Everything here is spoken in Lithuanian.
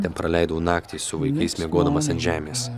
ten praleidau naktį su vaikais miegodamas ant žemės